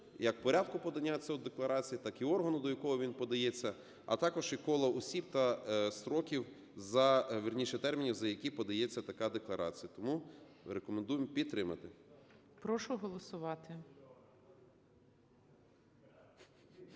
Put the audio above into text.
як порядку подання цієї декларації, так і органу, до якого він подається, а також і коло осіб та строків, вірніше, термінів, за які подається така декларація. Тому рекомендуємо підтримати.